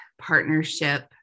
partnership